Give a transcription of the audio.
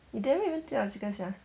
you didn't even take out the chicken sia